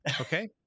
okay